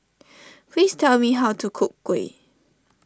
please tell me how to cook Kuih